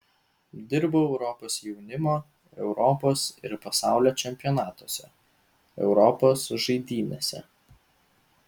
dirbau europos jaunimo europos ir pasaulio čempionatuose europos žaidynėse